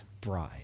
bride